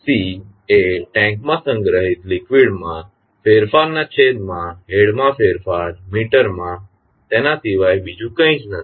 C એ ટેન્કમાં સંગ્રહિત લિકવીડમાં ફેરફાર ના છેદમાં હેડમાં ફેરફાર મીટરમાં તેના સિવાય બીજું કંઈ જ નથી